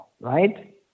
right